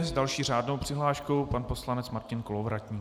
S další řádnou přihláškou pan poslanec Martin Kolovratník.